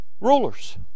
rulers